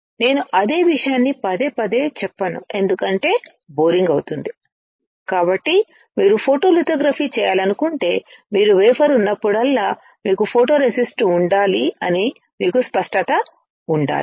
నేను అదే విషయాన్ని పదే పదే చెప్పను ఎందుకంటే బోరింగ్ అవుతుంది కాబట్టి మీరు ఫోటోలిథోగ్రఫీ చేయాలనుకుంటే మీకు వేఫర్ ఉన్నప్పుడల్లా మీకు ఫోటోరేసిస్ట్ ఉండాలి అని మీకు స్పష్టత ఉండాలి